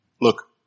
look